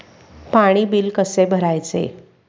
पाणी बिल कसे भरायचे?